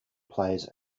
plays